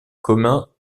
commun